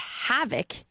havoc